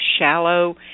shallow